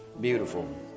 beautiful